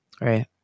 Right